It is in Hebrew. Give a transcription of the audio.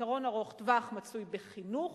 פתרון ארוך-טווח מצוי בחינוך